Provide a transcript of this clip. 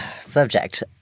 Subject